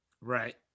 Right